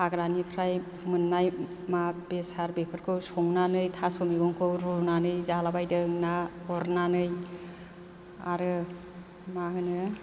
हाग्रानिफ्राय मोननाय मा बेसाद बेफोरखौ संनानै थास' मेगंखौ रुनानै जालाबायदों ना गुरनानै आरो मा होनो